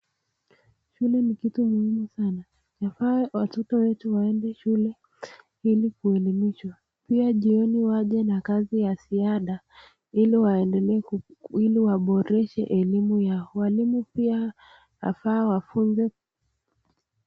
Shule ni kitu muhimu sana. Yafaa watoto wetu waende shule ili kuelimishwa. Pia jioni waje na kazi ya ziada ili waboreshe elimu yao. Walimu pia yafaa wafunze.